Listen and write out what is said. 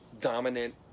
dominant